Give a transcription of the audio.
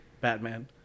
batman